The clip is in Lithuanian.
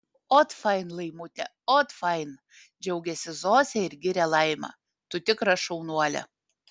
ot fain laimute ot fain džiaugiasi zosė ir giria laimą tu tikra šaunuolė